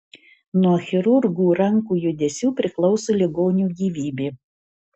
nuo chirurgų rankų judesių priklauso ligonio gyvybė